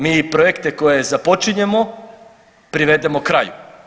Mi i projekte koje započinjemo privedemo kraju.